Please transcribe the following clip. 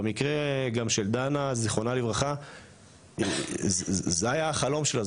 במקרה של דנה ז"ל זה היה החלום שלה.